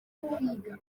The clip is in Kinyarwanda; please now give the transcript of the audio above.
kwiga